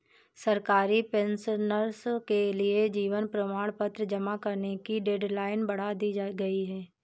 सरकारी पेंशनर्स के लिए जीवन प्रमाण पत्र जमा करने की डेडलाइन बढ़ा दी गई है